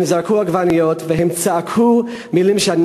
הם זרקו עגבניות והם צעקו מילים שאני